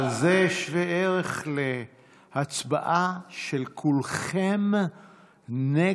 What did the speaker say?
אבל זה שווה ערך להצבעה של כולכם נגד